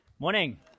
Morning